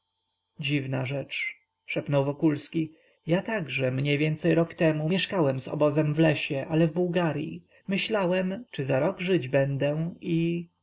dziwna rzecz szepnął wokulski ja także mniejwięcej rok temu mieszkałem z obozem w lesie ale w bułgaryi myślałem czy za rok żyć będę i